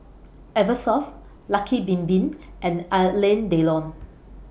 Eversoft Lucky Bin Bin and Alain Delon